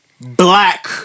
black